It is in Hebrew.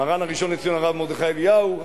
מרן הראשון לציון הרב מרדכי אליהו,